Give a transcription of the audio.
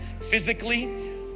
physically